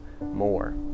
more